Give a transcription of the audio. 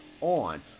on